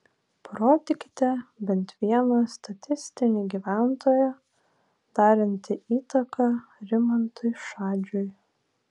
parodykite bent vieną statistinį gyventoją darantį įtaką rimantui šadžiui